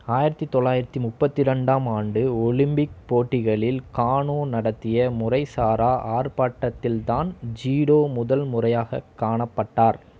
ஆயிரத்து தொள்ளாயிரத்து முப்பத்து ரெண்டாம் ஆண்டு ஒலிம்பிக் போட்டிகளில் கானோ நடத்திய முறைசாரா ஆர்ப்பாட்டத்தில்தான் ஜூடோ முதல் முறையாகக் காணப்பட்டார்